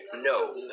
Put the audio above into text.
No